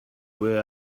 where